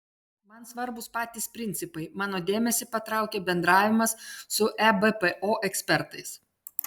man svarbūs patys principai mano dėmesį patraukė bendravimas su ebpo ekspertais